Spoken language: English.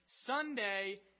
Sunday